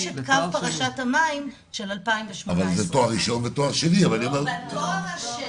יש את קו פרשת המים של 2018. אבל זה תואר ראשון ותואר שני.